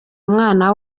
umwana